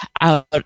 out